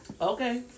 Okay